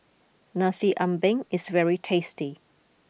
Nasi Ambeng is very tasty